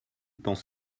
penses